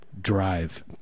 Drive